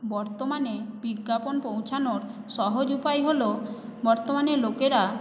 বর্তমানে বিজ্ঞাপন পৌঁছনোর সহজ উপায় হল বর্তমানে লোকেরা